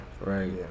Right